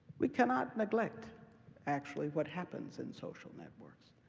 we cannot neglect actually what happens in social networks.